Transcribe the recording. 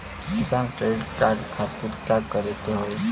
किसान credit card खातिर का करे के होई?